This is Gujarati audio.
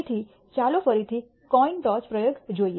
તેથી ચાલો ફરીથી કોઈન ટોસ પ્રયોગ જોઈએ